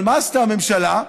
אבל מה עשתה הממשלה?